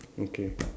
okay